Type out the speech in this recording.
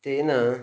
तेन